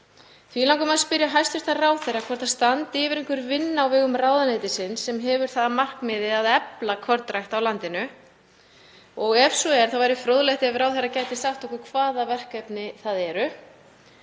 Því langar mig að spyrja hæstv. ráðherra hvort það standi yfir einhver vinna á vegum ráðuneytisins sem hefur það að markmiði að efla kornrækt á landinu og ef svo er væri fróðlegt ef ráðherra gæti sagt okkur hvaða verkefni það eru